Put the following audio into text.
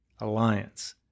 alliance